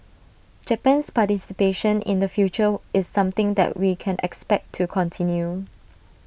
Japan's participation in the future is something that we can expect to continue